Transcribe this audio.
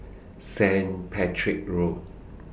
Staint Patrick's Road